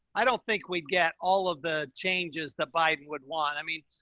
i don't think we'd get all of the changes that biden would want. i mean,